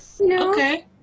okay